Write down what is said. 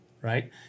Right